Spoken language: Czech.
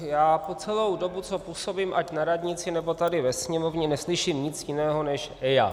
Já po celou dobu, co působím ať na radnici, nebo tady ve Sněmovně, neslyším nic jiného než EIA.